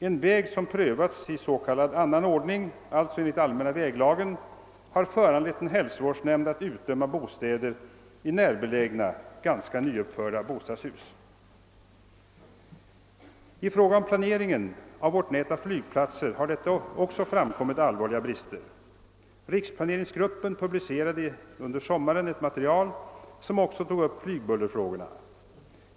En väg som prövats i s.k. annan ordning, alltså enligt allmänna väglagen, har föranlett en hälsovårdsnämnd att utdöma bostäder i närbelägna, ganska nyuppförda bostadshus. I fråga om planeringen av vårt nät av flygplatser har det också framkommit allvarliga brister. Riksplaneringsgruppen publicerade under sommaren ett material som också tog upp flygbullerfrågorna.